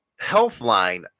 Healthline